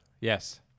Yes